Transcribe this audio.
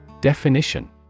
Definition